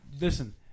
listen